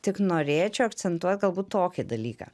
tik norėčiau akcentuot galbūt tokį dalyką